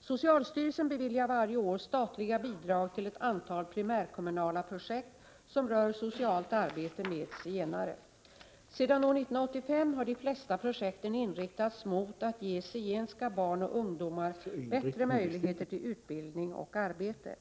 Socialstyrelsen beviljar varje år statliga bidrag till ett antal primärkommunala projekt som rör socialt arbete med zigenare. Sedan år 1985 har de flesta projekten inriktats mot att ge zigenska barn och ungdomar bättre möjligheter till utbildning och arbete.